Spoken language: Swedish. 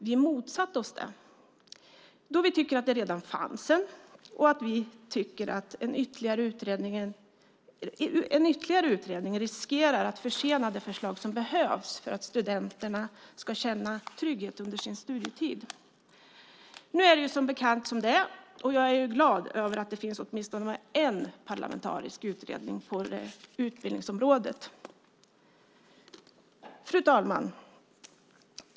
Vi motsatte oss den eftersom vi tyckte att det redan fanns en utredning och att en ytterligare skulle riskera att försena det förslag som behövs för att studenterna ska känna trygghet under sin studietid. Nu är det som bekant som det är, och jag är glad över att det finns åtminstone en parlamentarisk utredning på utbildningsområdet. Fru talman!